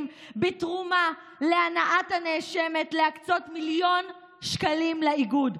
בתמורה להנעת הנאשמת להקצות מיליון שקלים לאיגוד.